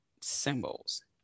symbols